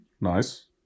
Nice